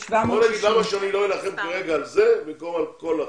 זה 760. בוא נגיד למה שאני לא אלחם כרגע על זה במקום על כל החבילה?